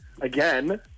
again